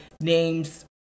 names